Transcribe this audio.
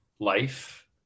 life